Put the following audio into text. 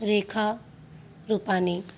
रेखा रुपानी